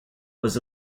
was